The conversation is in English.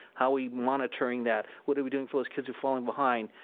how we monitoring that? what are we doing for those kids who've fallen behind?